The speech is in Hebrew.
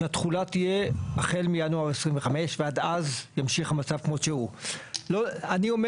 אמרתי שבנוסף לזה, בנוסף למה שהוא אמר,